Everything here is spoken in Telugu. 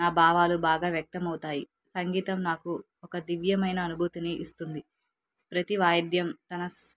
నా భావాలు బాగా వ్యక్తమవుతాయి సంగీతం నాకు ఒక దివ్యమైన అనుభూతిని ఇస్తుంది ప్రతి వాయిద్యం తన